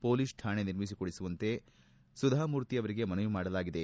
police ಕಾಣೆ ನಿರ್ಮಿಸಿಕೊಡುವಂತೆ ಸುಧಾಮೂರ್ತಿ ಅವರಿಗೆ ಮನವಿ ಮಾಡಲಾಗಿದೆ